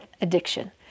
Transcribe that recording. addiction